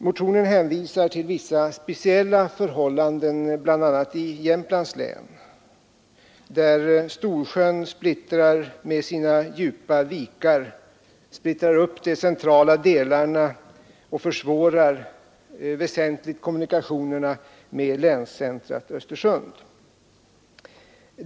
Motionen hänvisar till vissa speciella förhållanden, bl.a. i Jämtlands län där Storsjön med sina djupa vikar splittrar upp de centrala delarna och väsentligt försvårar kommunikationerna med länscentrat Östersund.